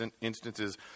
instances